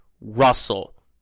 Russell